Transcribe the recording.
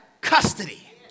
custody